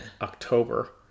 October